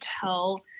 tell